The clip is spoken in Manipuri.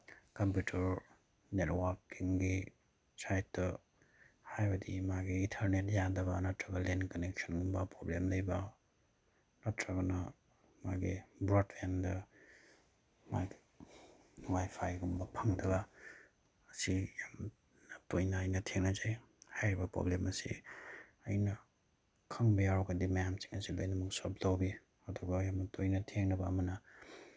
ꯀꯝꯄ꯭ꯌꯨꯇꯔ ꯅꯦꯠꯋꯥꯛꯀꯤꯡꯒꯤ ꯁꯥꯏꯠꯇ ꯍꯥꯏꯕꯗꯤ ꯃꯥꯒꯤ ꯏꯊꯔꯅꯦꯜ ꯌꯥꯗꯕ ꯅꯠꯇ꯭ꯔꯒ ꯂꯦꯟ ꯀꯅꯦꯛꯁꯟꯒꯨꯝꯕ ꯄ꯭ꯔꯣꯕ꯭ꯂꯦꯝ ꯂꯩꯕ ꯅꯠꯇ꯭ꯔꯒꯅ ꯃꯥꯒꯤ ꯕ꯭ꯔꯣꯠꯕꯦꯟꯗ ꯋꯥꯏꯐꯥꯏꯒꯨꯝꯕ ꯐꯪꯗꯕ ꯑꯁꯤ ꯌꯥꯝꯅ ꯇꯣꯏꯅ ꯑꯩꯅ ꯊꯦꯡꯅꯖꯩ ꯍꯥꯏꯔꯤꯕ ꯄ꯭ꯔꯣꯕ꯭ꯂꯦꯝ ꯑꯁꯤ ꯑꯩꯅ ꯈꯪꯕ ꯌꯥꯎꯔꯒꯗꯤ ꯃꯌꯥꯝꯁꯤꯡ ꯑꯁꯤꯗ ꯑꯩꯅ ꯑꯃꯨꯛ ꯁꯣꯜꯞ ꯇꯧꯋꯤ ꯑꯗꯨꯒ ꯌꯥꯝꯅ ꯇꯣꯏꯅ ꯊꯦꯡꯅꯕ ꯑꯃꯅ